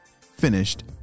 finished